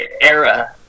era